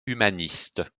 humanistes